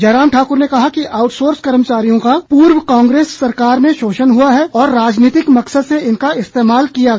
जयराम ठाकुर ने कहा कि आउटसोर्स कर्मचारियों का पूर्व कांग्रेस सरकार में शोषण हआ है और राजनीतिक मकसद से इनका इस्तेमाल किया गया